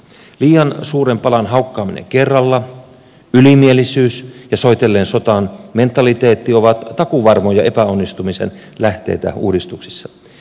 liian suuren palan haukkaaminen kerralla ylimielisyys ja soitellen sotaan mentaliteetti ovat takuuvarmoja epäonnistumisen lähteitä uudistuksissa